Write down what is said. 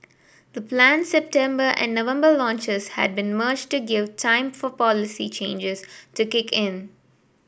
the planned September and November launches had been merged to give time for policy changes to kick in